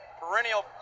perennial